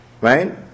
right